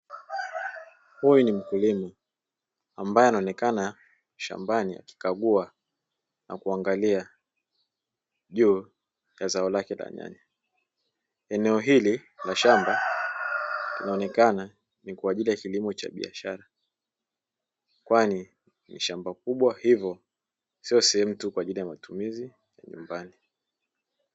Huyu ni mkulima ambaye anaonekana shambani akikagua na kuangalia juu ya zao lake la nyanya, eneo hili la shamba linaonekana ni kwa ajili ya kilimo cha biashara, kwani ni shamba kubwa hivyo siyo sehemu tuu kwa ajili ya matumizi ya nyumbani.